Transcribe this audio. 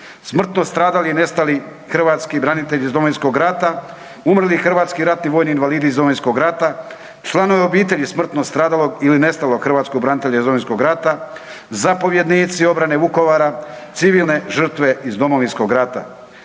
smrtno stradali i nestali hrvatski branitelji iz Domovinskog rata, umrli hrvatski ratni vojni invalidi iz Domovinskog rata, članovi obitelji smrtno stradalog ili nestalog hrvatskog branitelja iz Domovinskog rata, zapovjednici obrane Vukovara, civilne žrtve iz Domovinskog rata.